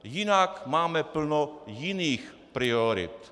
Jinak máme plno jiných priorit.